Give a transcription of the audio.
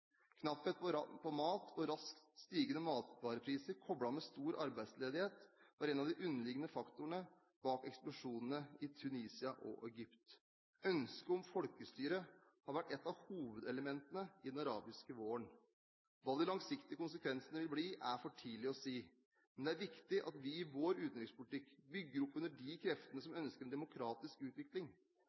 Knapphet på mat og raskt stigende matvarepriser koblet med stor arbeidsledighet var en av de underliggende faktorene bak eksplosjonene i Tunisia og Egypt. Ønsket om folkestyre har vært et av hovedelementene i den arabiske våren. Hva de langsiktige konsekvensene vil bli, er for tidlig å si. Men det er viktig at vi i vår utenrikspolitikk bygger opp under de kreftene som ønsker en demokratisk utvikling.